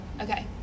Okay